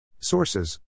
Sources (